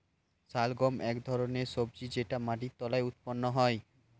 শালগম এক ধরনের সবজি যেটা মাটির তলায় উৎপন্ন হয়